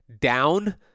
down